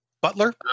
Butler